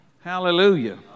Hallelujah